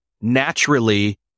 naturally